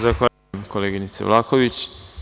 Zahvaljujem, koleginice Vlahović.